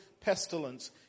pestilence